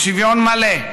בשוויון מלא,